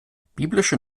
biblische